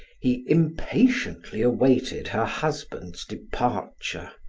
he impatiently awaited her husband's departure.